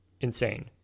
insane